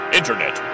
Internet